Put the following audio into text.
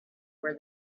where